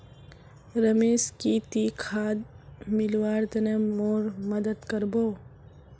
रमेश की ती खाद मिलव्वार तने मोर मदद कर बो